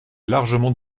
largement